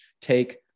take